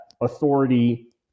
authority